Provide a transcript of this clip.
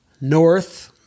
north